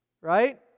right